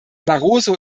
barroso